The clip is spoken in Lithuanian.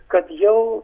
kad jau